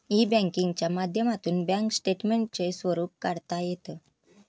E बँकिंगच्या माध्यमातून bank स्टेटमेंटचे स्वरूप काढता येतं